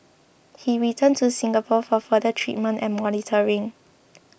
he returned to Singapore for further treatment and monitoring